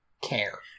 care